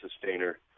sustainer